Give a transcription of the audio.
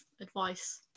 advice